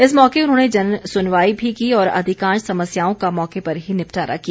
इस मौके उन्होंने जनसुनवाई भी की और अधिकांश समस्याओं का मौके पर ही निपटारा किया